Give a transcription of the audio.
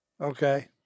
okay